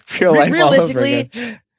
realistically